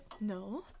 No